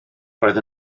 roedd